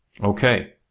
Okay